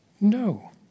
No